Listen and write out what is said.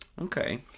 Okay